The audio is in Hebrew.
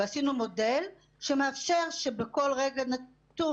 ועשינו מודל שמאפשר שבכל רגע נתון,